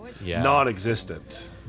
Non-existent